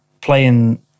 playing